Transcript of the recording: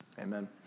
Amen